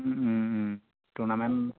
ও tournament